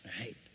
Right